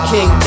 King